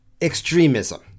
extremism